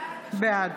בעד